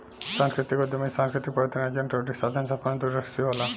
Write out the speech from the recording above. सांस्कृतिक उद्यमी सांस्कृतिक परिवर्तन एजेंट अउरी साधन संपन्न दूरदर्शी होला